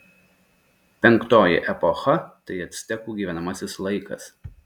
penktoji epocha tai actekų gyvenamasis laikas